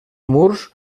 murs